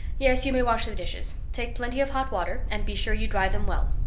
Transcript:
yes, you may wash the dishes. take plenty of hot water, and be sure you dry them well.